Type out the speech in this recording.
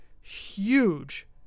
huge